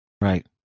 right